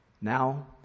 Now